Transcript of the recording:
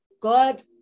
God